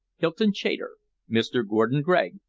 hylton chater mr. gordon gregg,